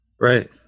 right